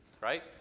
right